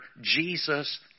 Jesus